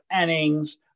innings